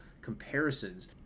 comparisons